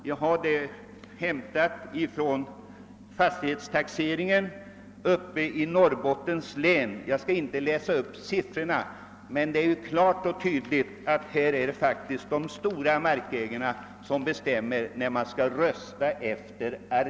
Jag skall inte läsa upp siffrorna, som jag har hämtat från fastighetstaxeringen i Norrbottens län, men av dem framgår klart och tydligt att eftersom man röstar efter areal är det de stora markägarna som bestämmer.